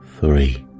three